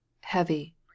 heavy